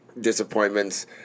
disappointments